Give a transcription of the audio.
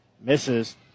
misses